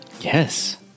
Yes